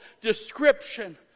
description